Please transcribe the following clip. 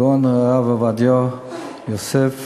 הגאון הרב עובדיה יוסף,